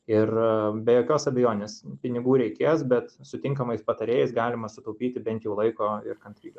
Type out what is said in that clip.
ir be jokios abejonės pinigų reikės bet su tinkamais patarėjais galima sutaupyti bent jau laiko ir kantrybė